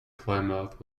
plymouth